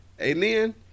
Amen